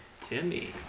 Timmy